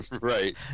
right